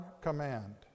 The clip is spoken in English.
command